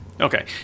Okay